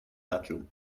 bathroom